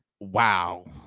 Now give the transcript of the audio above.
Wow